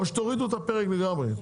או שתורידו את הפרק לגמרי,